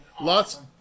Lots